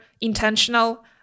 intentional